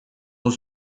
por